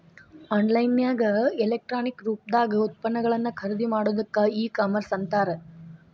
on line ನ್ಯಾಗ electronic ರೂಪ್ದಾಗ್ ಉತ್ಪನ್ನಗಳನ್ನ ಖರಿದಿಮಾಡೊದಕ್ಕ ಇ ಕಾಮರ್ಸ್ ಅಂತಾರ